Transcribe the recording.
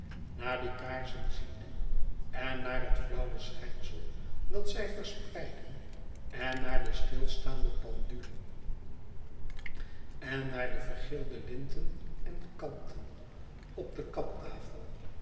naar die kaarsen ziende en naar het nauwe schijnsel dat zij verspreidden en naar de stilstaande pendule en naar de vergeelde linten en kanten op de kaptafel